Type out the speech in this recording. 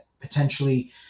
potentially